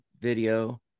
video